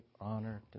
honor